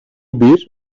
bir